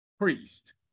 priest